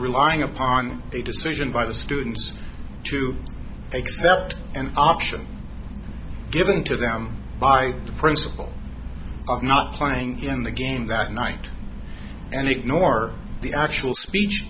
relying upon the decision by the students to accept an option given to them by the principle of not playing in the game that night and ignore the actual speech